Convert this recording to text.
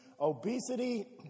Obesity